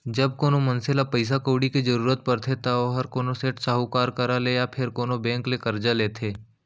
जब कोनो मनसे ल पइसा कउड़ी के जरूरत परथे त ओहर कोनो सेठ, साहूकार करा ले या फेर कोनो बेंक ले करजा लेथे